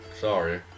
Sorry